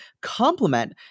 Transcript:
complement